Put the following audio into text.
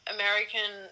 american